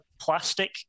plastic